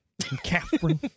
Catherine